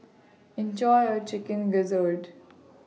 Enjoy your Chicken Gizzard